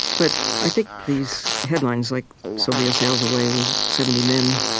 but i think these headlines, like sylvia sails away with seventy men